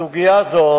סוגיה זו